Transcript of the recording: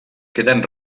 queden